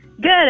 Good